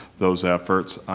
those efforts.